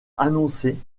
annoncés